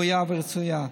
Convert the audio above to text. ראויה ורצויה.